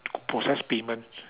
process payment